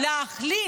יוליה.